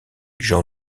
jean